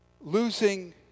losing